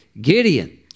Gideon